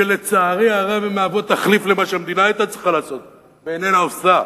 שלצערי הרב מהוות תחליף למה שהמדינה היתה צריכה לעשות ואיננה עושה,